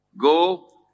Go